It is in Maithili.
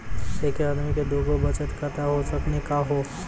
एके आदमी के दू गो बचत खाता हो सकनी का हो?